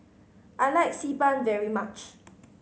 I like Xi Ban very much